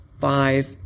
five